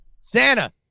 Santa